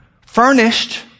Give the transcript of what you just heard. furnished